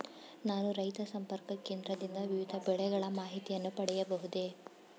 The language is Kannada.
ನಾನು ರೈತ ಸಂಪರ್ಕ ಕೇಂದ್ರದಿಂದ ವಿವಿಧ ಬೆಳೆಗಳ ಮಾಹಿತಿಯನ್ನು ಪಡೆಯಬಹುದೇ?